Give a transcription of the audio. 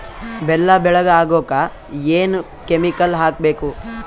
ಬೆಲ್ಲ ಬೆಳಗ ಆಗೋಕ ಏನ್ ಕೆಮಿಕಲ್ ಹಾಕ್ಬೇಕು?